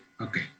Okay